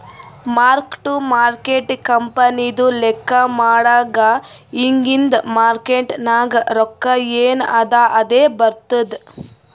mark to market ಕಂಪನಿದು ಲೆಕ್ಕಾ ಮಾಡಾಗ್ ಇಗಿಂದ್ ಮಾರ್ಕೇಟ್ ನಾಗ್ ರೊಕ್ಕಾ ಎನ್ ಅದಾ ಅದೇ ಬರ್ತುದ್